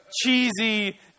Cheesy